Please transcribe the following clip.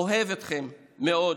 אוהב אתכם מאוד.